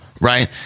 right